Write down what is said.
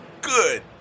Good